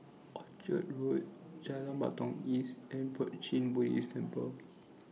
Orchard Road Jalan Batalong East and Puat Jit Buddhist Temple